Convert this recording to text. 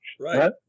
Right